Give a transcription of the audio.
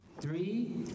Three